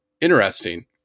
interesting